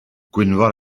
gwynfor